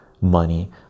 money